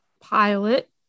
Pilot